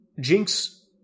Jinx